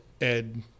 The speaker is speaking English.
Ed